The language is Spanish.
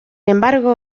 embargo